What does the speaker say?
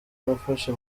nafashe